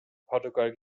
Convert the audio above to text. portugal